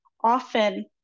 often